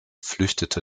flüchtete